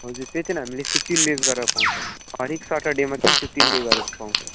हजुर त्यो चाहिँ हामीले फिफ्टिन डेस गरेर पाउँछ हरएक सेटरडेमा चाहिँ फिफ्टिन डेस गरेको पाउँछ